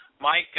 Mike